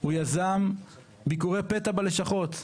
הוא יזם ביקורי פתע בלשכות.